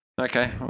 Okay